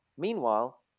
Meanwhile